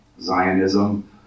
Zionism